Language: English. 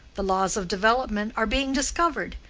the laws of development are being discovered,